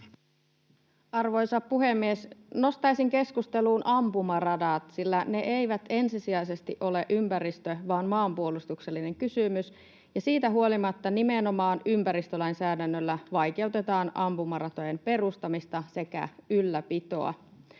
Arvoisa puhemies! Nostaisin keskusteluun ampumaradat, sillä ne eivät ensisijaisesti ole ympäristö‑ vaan maanpuolustuksellinen kysymys, ja siitä huolimatta nimenomaan ympäristölainsäädännöllä vaikeutetaan ampumaratojen perustamista sekä ylläpitoa,